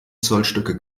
zollstöcke